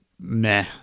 meh